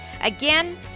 Again